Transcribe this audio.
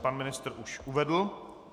Pan ministr už uvedl.